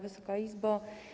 Wysoka Izbo!